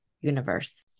universe